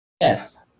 Yes